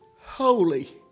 holy